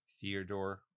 Theodore